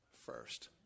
first